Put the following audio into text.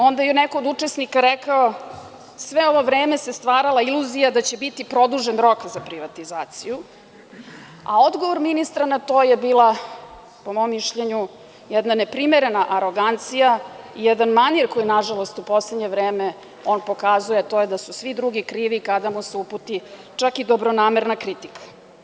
Onda je neko od učesnika rekao, sve ovo vreme se stvarala iluzija da će biti produžen rok za privatizaciju, a odgovor ministra na to je bila, po mom mišljenju, jedna neprimerena arogancija i jedan manir, koji nažalost, u poslednje vreme on pokazuje, to je da su svi drugi krivi kada mu se uputi, čak i dobronamerna kritika.